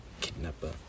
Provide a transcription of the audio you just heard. kidnapper